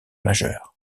majeures